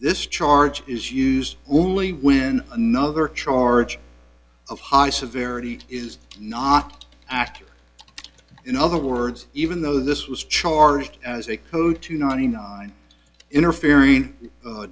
this charge is used only when another charge of hasa verity is not accurate in other words even though this was charged as a code to ninety nine interfering